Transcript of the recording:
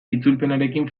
itzulpenarekin